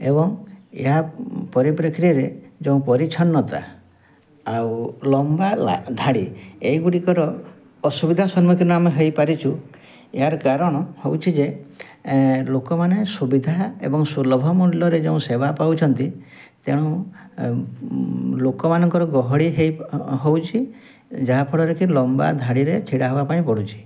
ଏବଂ ଏହା ପରିପ୍ରେକ୍ଷୀରେ ଯେଉଁ ପରିଚ୍ଛନତା ଆଉ ଲମ୍ବା ଧାଡ଼ି ଏଇଗୁଡ଼ିକର ଅସୁବିଧା ସମ୍ମୁଖୀନ ଆମେ ହେଇପାରିଛୁ ଏହାର କାରଣ ହେଉଛି ଯେ ଲୋକମାନେ ସୁବିଧା ଏବଂ ସୁଲଭ ମୁଲ୍ୟରେ ଯେଉଁ ସେବା ପାଉଛନ୍ତି ତେଣୁ ଲୋକମାନଙ୍କର ଗହଳି ହେଇ ହେଉଛି ଯାହାଫଳରେ କି ଲମ୍ବା ଧାଡ଼ିରେ ଛିଡ଼ା ହେବା ପାଇଁ ପଡୁଛି